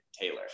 taylor